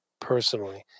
personally